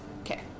Okay